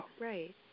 Right